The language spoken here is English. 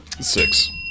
Six